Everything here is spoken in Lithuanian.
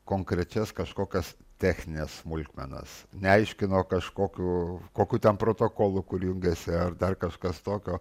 konkrečias kažkokias technines smulkmenas neaiškino kažkokių kokių ten protokolų kur jungiasi ar dar kažkas tokio